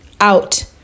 out